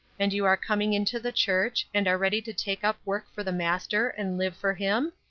and you are coming into the church, and are ready to take up work for the master, and live for him?